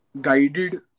guided